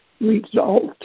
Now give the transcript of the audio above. result